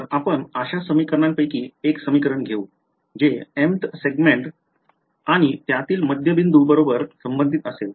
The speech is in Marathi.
तर आपण अशा समीकरणांपैकी एक समीकरण घेऊ जे mth segment आणि त्यातील मध्यबिंदू बरोबर संबंधीत असेल